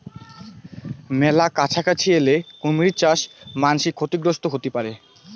মেলা কাছাকাছি এলে কুমীর চাস মান্সী ক্ষতিগ্রস্ত হতে পারি